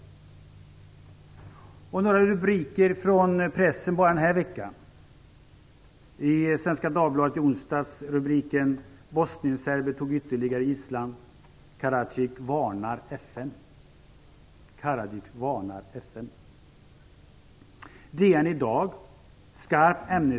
Jag skall nämna några rubriker ur pressen bara under den här veckan. Svenska Dagbladet i onsdags hade rubriken: "Bosnienserber tog ytterligare gisslan. Karadzic varnar FN".